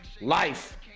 Life